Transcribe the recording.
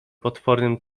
potwornym